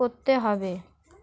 করতে হবে